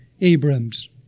Abrams